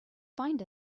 find